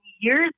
years